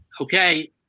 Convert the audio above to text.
Okay